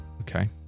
Okay